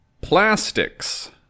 Plastics